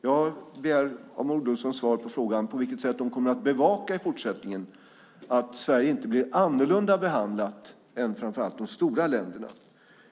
Jag begär av Maud Olofsson svar på frågan på vilket sätt hon i fortsättningen kommer att bevaka att Sverige inte blir annorlunda behandlat än framför allt de stora länderna.